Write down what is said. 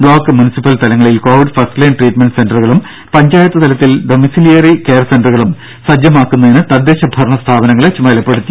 block municipal തലങ്ങളിൽ Covid first line treatment സെന്ററുകളും പഞ്ചായത്തു തലത്തിൽ ഡൊമിസിലിയറി കെയർ സെന്ററുകളും സജ്ജമാക്കുന്നതിന് തദ്ദേശ ഭരണ സ്ഥാപനങ്ങളെ ചുമതലപ്പെടുത്തി